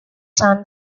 son